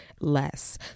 less